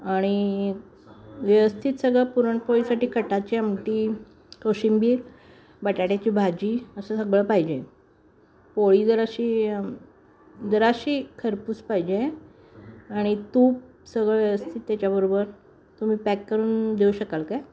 आणि व्यवस्थित सगळं पुरणपोळीसाठी कटाची आमटी कोशिंबीर बटाट्याची भाजी असं सगळं पाहिजे पोळी जराशी जराशी खरपूस पाहिजे आणि तूप सगळं व्यवस्थित त्याच्याबरोबर तुम्ही पॅक करून देऊ शकाल काय